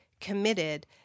committed